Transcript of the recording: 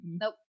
Nope